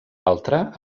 altra